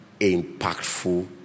impactful